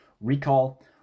Recall